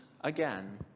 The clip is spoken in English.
again